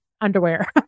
underwear